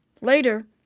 later